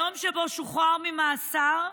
היום שבו שוחרר ממאסר,